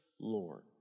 Lord